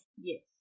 Yes